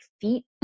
feet